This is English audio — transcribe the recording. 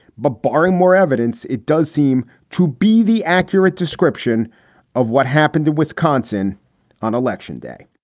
but barring more evidence, it does seem to be the accurate description of what happened to wisconsin on election day